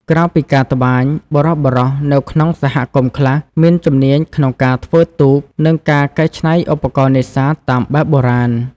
ក្រៅពីការត្បាញ បុរសៗនៅក្នុងសហគមន៍ខ្លះមានជំនាញក្នុងការធ្វើទូក និងការកែច្នៃឧបករណ៍នេសាទតាមបែបបុរាណ។